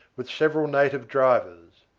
with several native drivers.